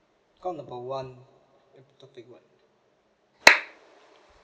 call number one topic one